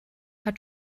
hat